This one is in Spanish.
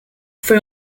fue